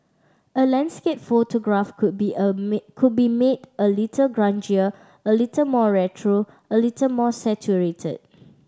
a landscape photograph could be a made could be made a little grungier a little more retro a little more saturated